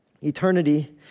Eternity